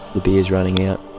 but beer's running out.